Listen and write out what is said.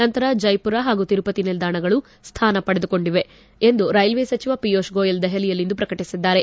ನಂತರ ಜೈಪುರ ಹಾಗೂ ತಿರುಪತಿ ನಿಲ್ದಾಣಗಳು ಸ್ಥಾನ ಪಡೆದುಕೊಂಡಿದೆ ಎಂದು ರೈಲ್ವೆ ಸಚಿವ ಪಿಯೂಷ್ ಗೋಯಲ್ ದೆಹಲಿಯಲ್ಲಿಂದು ಪ್ರಕಟಿಸಿದ್ದಾರೆ